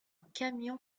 camion